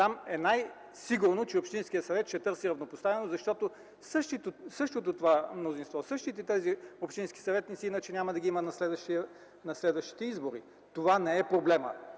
там е най-сигурно, че общинският съвет ще търси равнопоставеност, защото същото това мнозинство, същите тези общински съветници иначе няма да ги има на следващите избори. Не в това е проблемът.